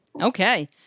Okay